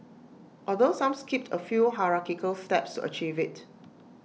although some skipped A few hierarchical steps to achieve IT